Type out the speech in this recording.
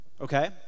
okay